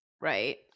Right